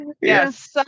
Yes